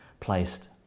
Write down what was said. placed